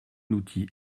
outil